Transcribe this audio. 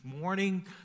morning